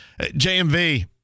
JMV